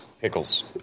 pickles